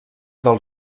del